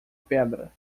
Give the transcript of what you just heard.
pedra